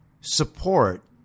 support